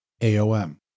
A-O-M